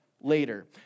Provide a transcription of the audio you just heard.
later